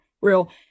real